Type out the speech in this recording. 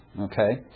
Okay